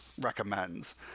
recommends